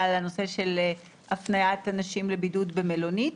הנושא של הפניית אנשים לבידוד במלונית.